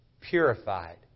purified